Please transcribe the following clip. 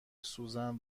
سوزن